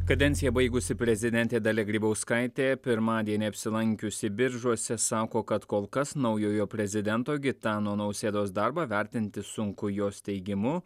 kadenciją baigusi prezidentė dalia grybauskaitė pirmadienį apsilankiusi biržuose sako kad kol kas naujojo prezidento gitano nausėdos darbą vertinti sunku jos teigimu